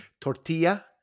tortilla